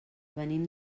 venim